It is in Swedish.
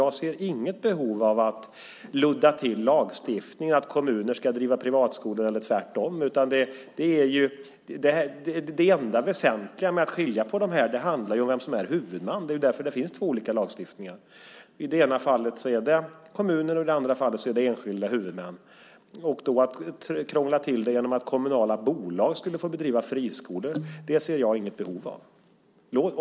Jag ser inget behov av att ludda till lagstiftningen, att kommuner ska driva privatskolor eller tvärtom. Det enda väsentliga när det gäller att skilja dem åt handlar om vem som är huvudman. Det är därför det finns två olika lagstiftningar. I det ena fallet är det kommunen och i det andra en enskild huvudman. Att då krångla till det hela genom att låta kommunala bolag bedriva friskolor ser jag inget behov av.